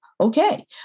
Okay